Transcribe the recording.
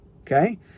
Okay